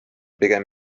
pigem